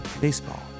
baseball